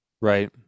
Right